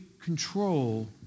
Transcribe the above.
control